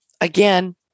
again